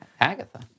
Agatha